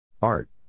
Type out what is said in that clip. Art